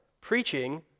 preaching